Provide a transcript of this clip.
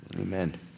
Amen